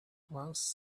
plans